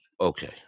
okay